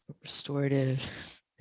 restorative